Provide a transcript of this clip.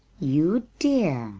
you dear!